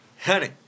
Honey